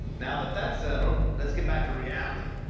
now that that's settled, let's get back to reality.